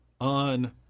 on